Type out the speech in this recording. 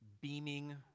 beaming